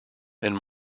and